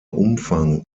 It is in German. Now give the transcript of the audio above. umfang